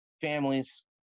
families